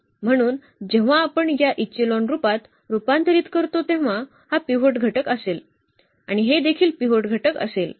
म्हणून जेव्हा आपण या एचेलॉन रूपात रुपांतरित करतो तेव्हा हा पिव्होट घटक असेल आणि हे देखील पिव्होट घटक असेल